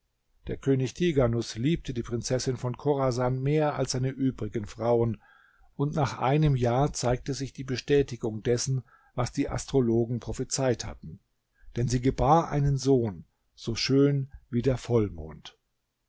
der könig tighanus liebte die prinzessin von chorasan mehr als seine übrigen frauen und nach einem jahr zeigte sich die bestätigung dessen was die astrologen prophezeit hatten denn sie gebar einen sohn so schön wie der vollmond